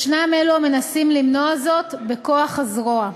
יש אלו המנסים למנוע זאת בכוח הזרוע.